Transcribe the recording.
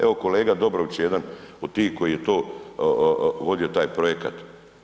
Evo, kolega Dobrović je jedan od tih koji je to vodio taj projekat.